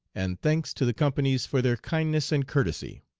and thanks to the companies for their kindness and courtesy.